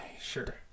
Sure